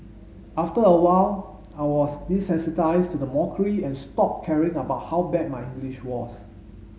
after a while I was desensitised to the mockery and stopped caring about how bad my English was